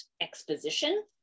exposition